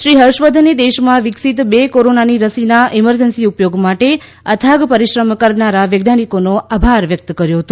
શ્રી હર્ષવર્ધને દેશમાં વિકસિત બે કોરોનાની રસીના ઇમરજન્સી ઉપયોગ માટે અથાગ પરિશ્રમ કરનારા વૈજ્ઞાનિકોનો આભાર વ્યક્ત કર્યો છે